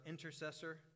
intercessor